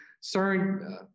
certain